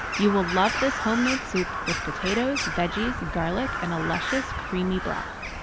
you will love this homemade soup with potatoes, veggies, garlic, and a luscious creamy broth.